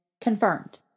confirmed